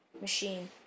machine